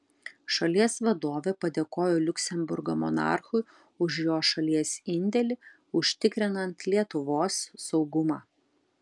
šalies vadovė padėkojo liuksemburgo monarchui už jo šalies indėlį užtikrinant lietuvos saugumą